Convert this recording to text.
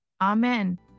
amen